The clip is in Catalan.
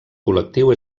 col·lectiu